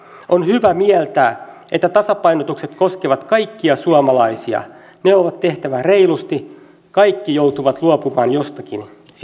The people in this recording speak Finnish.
on hyvä mieltää että tasapainotukset koskevat kaikkia suomalaisia ne on tehtävä reilusti kaikki joutuvat luopumaan jostakin